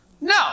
No